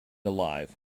alive